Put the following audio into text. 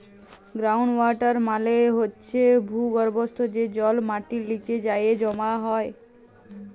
ground water মালে হছে ভূগর্ভস্থ যে জল মাটির লিচে যাঁয়ে জমা হয়